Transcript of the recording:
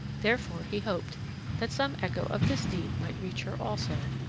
therefore he hoped that some echo of this deed might reach her also,